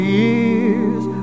years